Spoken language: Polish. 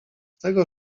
tego